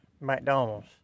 McDonald's